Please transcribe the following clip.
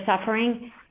suffering